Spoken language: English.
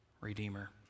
redeemer